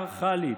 ופטריארכלית.